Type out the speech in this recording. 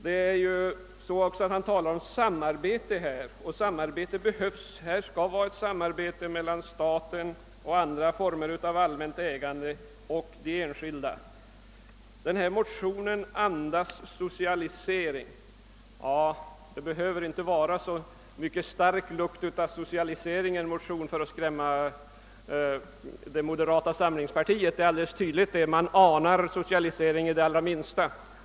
Det talas också om samarbete, och härvidlag skall det vara ett samarbete mellan staten och andra former av allmänt ägande å ena sidan och de enskilda å den andra. Motionen andas socialisering, påstod herr Eliasson. Det är tydligt att det inte behöver vara så stark lukt av socialisering för att skrämma moderata samlingspartiet. Man anar socialisering vid det allra minsta.